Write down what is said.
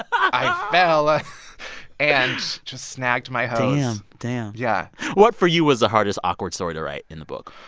i fell ah and just snagged my hose damn. damn yeah what, for you, was the hardest awkward story to write in the book?